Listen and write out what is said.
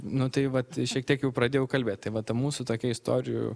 nu tai vat šiek tiek jau pradėjau kalbėt tai va ta mūsų tokia istorijų